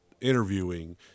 interviewing